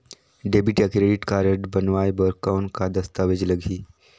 Debit या credit card बनवाय बर कौन का दस्तावेज लगही?